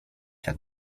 tak